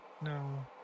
No